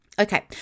Okay